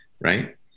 right